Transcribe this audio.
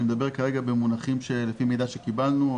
ואני מדבר במונחים לפי מידע שקיבלנו,